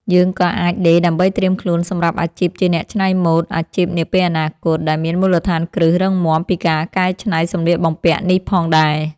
យើងក៏អាចដេរដើម្បីត្រៀមខ្លួនសម្រាប់អាជីពជាអ្នកច្នៃម៉ូដអាជីពនាពេលអនាគត ដែលមានមូលដ្ឋានគ្រឹះរឹងមាំពីការកែច្នៃសម្លៀកបំពាក់នេះផងដែរ។